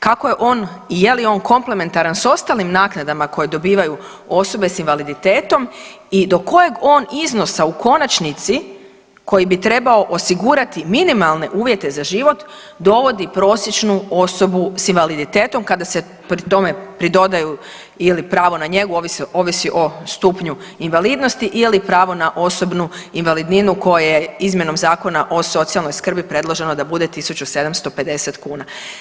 Kako je on i je li on komplementaran sa ostalim naknadama koje dobivaju osobe sa invaliditetom i do kojeg on iznosa u konačnici koji bi trebao osigurati minimalne uvjete za život dovodi prosječnu osobu sa invaliditetom kada se pri tome pridodaju ili pravo na njegu ovisno o stupnju invalidnosti ili pravo na osobnu invalidninu koja je izmjenom Zakona o socijalnoj skrbi predložena da bude 1750 kuna.